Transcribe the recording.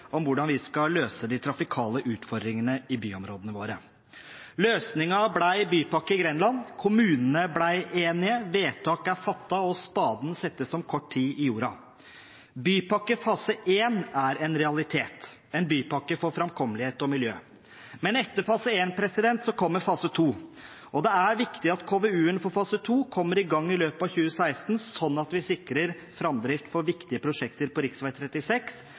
om hvordan vi skal løse de trafikale utfordringene i byområdene våre. Løsningen ble Bypakke Grenland. Kommunene ble enige, vedtak er fattet, og spaden settes om kort tid i jorda. Bypakke fase 1 er en realitet ‒ en bypakke for framkommelighet og miljø. Men etter fase 1 kommer fase 2. Det er viktig at KVU-en for fase 2 kommer i gang i løpet av 2016, slik at vi sikrer framdrift for viktige prosjekter på riksvei 36